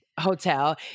hotel